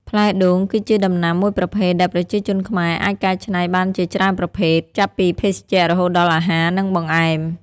ផ្លែដូងគឺជាដំណាំមួយប្រភេទដែលប្រជាជនខ្មែរអាចកែច្នៃបានជាច្រើនប្រភេទ ចាប់ពីភេសជ្ជៈរហូតដល់អាហារ និងបង្អែម។